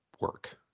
work